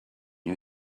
you